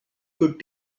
could